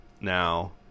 Now